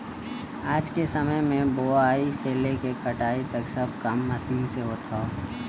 आज के समय में बोआई से लेके कटाई तक सब काम मशीन से होत हौ